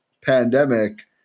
pandemic